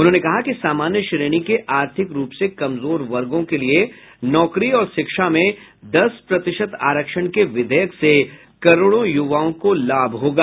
उन्होंने कहा कि सामान्य श्रेणी के आर्थिक रूप से कमजोर वर्गों के लिए नौकरी और शिक्षा में दस प्रतिशत आरक्षण के विधेयक से करोड़ों यूवाओं को लाभ होगा